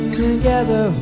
together